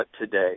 today